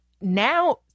now